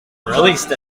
released